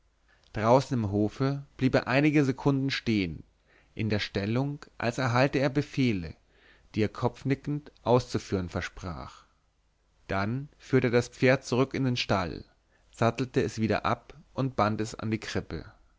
draußen im hofe blieb er einige sekunden stehen in der stellung als erhalte er befehle die er kopfnickend auszuführen versprach dann führte er das pferd zurück in den stall sattelte es wieder ab und band es an die krippe